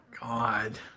god